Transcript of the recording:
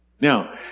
Now